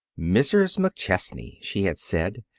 mrs. mcchesney, she had said,